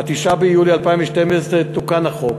9 ביולי 2012, תוקן החוק